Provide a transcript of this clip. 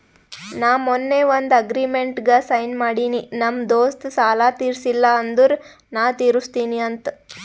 ನಾ ಮೊನ್ನೆ ಒಂದ್ ಅಗ್ರಿಮೆಂಟ್ಗ್ ಸೈನ್ ಮಾಡಿನಿ ನಮ್ ದೋಸ್ತ ಸಾಲಾ ತೀರ್ಸಿಲ್ಲ ಅಂದುರ್ ನಾ ತಿರುಸ್ತಿನಿ ಅಂತ್